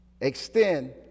extend